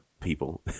people